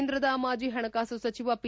ಕೇಂದ್ರದ ಮಾಜಿ ಹಣಕಾಸು ಸಚಿವ ಪಿ